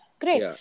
Great